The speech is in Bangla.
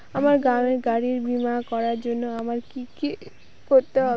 আমার গাড়ির বীমা করার জন্য আমায় কি কী করতে হবে?